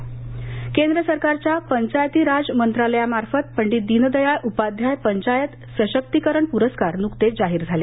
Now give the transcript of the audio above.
पंचायतराज केंद्र सरकारच्या पंचायती राज मंत्रालया मार्फत पंडित दिनदयाळ उपाध्याय पंचायत सशक्तीकरण पुरस्कार नुकतेच जाहीर झाले